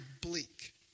bleak